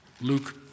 Luke